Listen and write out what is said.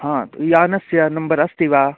हा त् यानस्य नम्बर् अस्ति वा